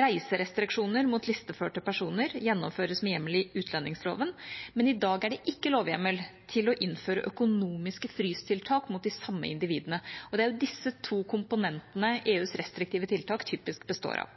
Reiserestriksjoner mot listeførte personer gjennomføres med hjemmel i utlendingsloven, men i dag er det ikke lovhjemmel til å innføre økonomiske frystiltak mot de samme individene, og det er jo disse to komponentene EUs restriktive tiltak typisk består av.